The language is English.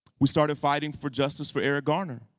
we started fighting for justice for eric garner.